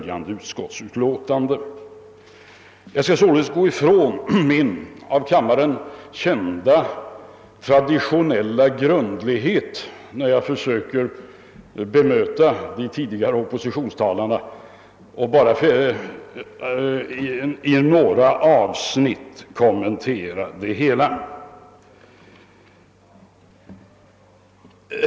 Jag skall därför gå ifrån min av kammaren kända traditionella grundlighet, när jag försöker bemöta de tidigare oppositionstalarna och skall bara i några avsnitt kommenter det hela.